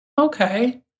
okay